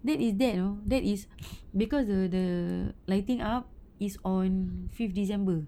then is that you know that is because the the lighting up is on fifth december